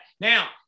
Now